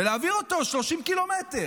ולהעביר אותו 30 קילומטר,